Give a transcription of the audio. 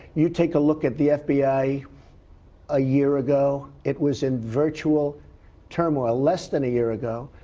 you take a look at the fbi a year ago. it was in virtual turmoil. less than a year ago.